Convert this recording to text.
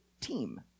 team